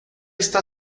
está